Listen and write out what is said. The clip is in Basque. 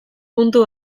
puntu